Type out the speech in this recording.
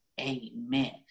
Amen